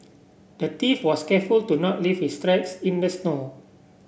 the thief was careful to not leave his tracks in the snow